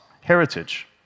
heritage